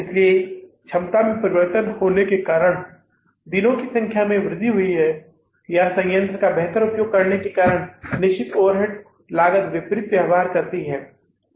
इसलिए कि क्षमता में परिवर्तन होने के कारण दिनों की संख्या में वृद्धि हुई है या संयंत्र के बेहतर उपयोग के कारण निश्चित ओवरहेड लागत विपरीत व्यवहार करती है